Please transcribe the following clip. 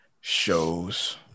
shows